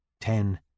Ten